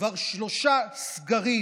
כבר שלושה סגרים